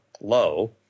low